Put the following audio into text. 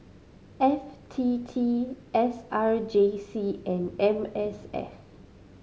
F T T S R J C and M S F